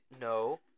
No